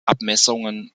abmessungen